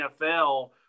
NFL